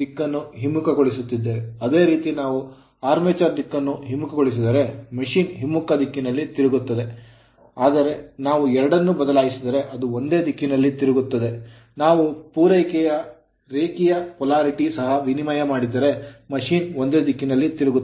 ದಿಕ್ಕನ್ನು ಹಿಮ್ಮುಖಗೊಳಿಸುತ್ತಿದ್ದೇವೆ ಅದೇ ರೀತಿ ನಾವು armature ಆರ್ಮೆಚರ್ ಕರೆಂಟ್ ದಿಕ್ಕನ್ನು ಹಿಮ್ಮುಖಗೊಳಿಸಿದರೆ machine ಯಂತ್ರವು ಹಿಮ್ಮುಖ ದಿಕ್ಕಿನಲ್ಲಿ ತಿರುಗುತ್ತದೆ ಆದರೆ ನಾವು ಎರಡನ್ನೂ ಬದಲಾಯಿಸಿದರೆ ಅದು ಒಂದೇ ದಿಕ್ಕಿನಲ್ಲಿ ತಿರುಗುತ್ತದೆ ನಾವು ಪೂರೈಕೆ ರೇಖೆಯ polarity ಧ್ರುವೀಯತೆಯನ್ನು ಸಹ ವಿನಿಮಯ ಮಾಡಿದರೂ machine ಯಂತ್ರವು ಒಂದೇ ದಿಕ್ಕಿನಲ್ಲಿ ತಿರುಗುತ್ತದೆ